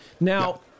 Now